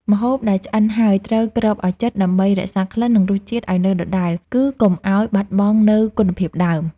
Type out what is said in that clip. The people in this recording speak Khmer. ម្ហូបដែលឆ្អិនហើយត្រូវគ្របឱ្យជិត ដើម្បីរក្សាក្លិន និងរសជាតិឱ្យនៅដដែល គឺកុំឱ្យបាត់បង់នូវគុណភាពដើម។